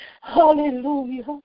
Hallelujah